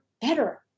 better